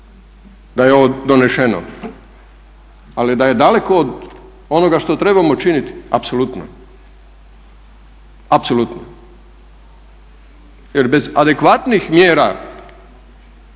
da je ovo doneseno, ali da je daleko od onoga što trebamo činiti, apsolutno. Apsolutno, jer bez adekvatnih mjera